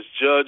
judge